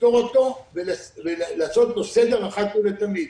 לפתור ולעשות בו סדר אחת ולתמיד.